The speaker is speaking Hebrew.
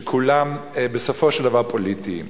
שכולם בסופו של דבר פוליטיים.